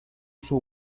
uso